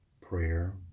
prayer